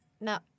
No